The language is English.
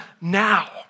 now